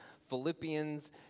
Philippians